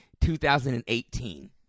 2018